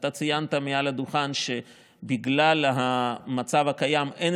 אתה ציינת מעל הדוכן שבגלל המצב הקיים אין